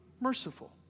merciful